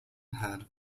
had